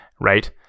Right